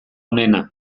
onena